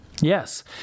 Yes